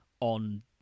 on